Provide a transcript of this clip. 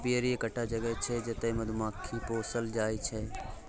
apiary एकटा जगह छै जतय मधुमाछी पोसल जाइ छै